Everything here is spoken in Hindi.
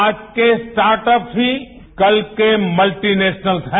आज के स्टार्टअप ही कल के मल्टीनेशनल्स है